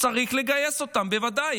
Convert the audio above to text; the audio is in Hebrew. צריך לגייס אותם, בוודאי.